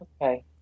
Okay